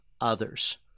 others